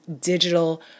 digital